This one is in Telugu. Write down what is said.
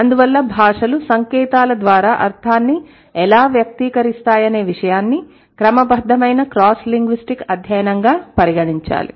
అందువల్ల భాషలు సంకేతాల ద్వారా అర్థాన్ని ఎలా వ్యక్తీకరిస్తాయనే విషయాన్ని క్రమబద్ధమైన క్రాస్ లింగ్విస్టిక్ అధ్యయనంగా పరిగణించాలి